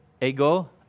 ego